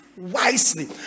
wisely